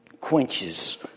quenches